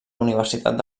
universitat